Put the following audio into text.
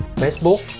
.facebook